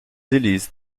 élisent